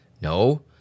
No